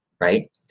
right